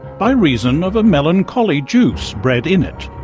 by reason of a melancholy juice bred in it,